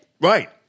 Right